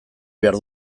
behar